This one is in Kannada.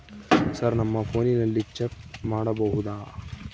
ಸರ್ ನಮ್ಮ ಫೋನಿನಲ್ಲಿ ಚೆಕ್ ಮಾಡಬಹುದಾ?